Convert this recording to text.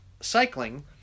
cycling